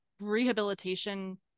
rehabilitation